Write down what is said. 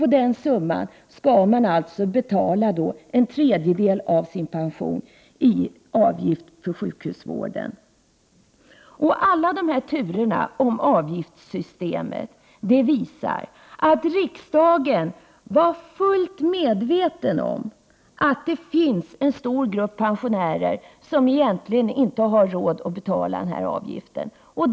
På den summan skall de då betala en tredjedel av sin pension i avgift för sjukhusvården! Alla turerna omkring avgiftssystemet visar att riksdagen var fullt medveten om att det finns en stor grupp pensionärer som egentligen inte har råd att betala denna avgift.